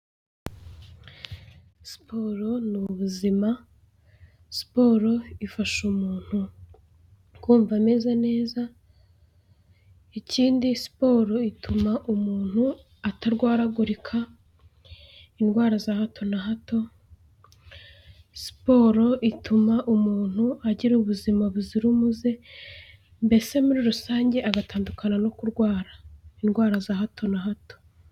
Siporo ni ubuzima, siporo ifasha umuntu kumva ameze neza, ikindi siporo ituma umuntu atarwaragurika, indwara za hato na hato, siporo ituma umuntu agira ubuzima buzira umuze, mbese muri rusange agatandukana no kurwara. Indwara za hato na hato.